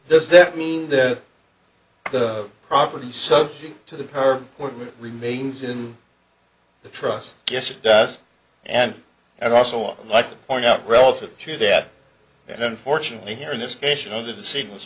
does that mean that the property is subject to the power remains in the trust yes it does and i also like to point out relative to that and unfortunately here in this case you know the scene was